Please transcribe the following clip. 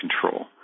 control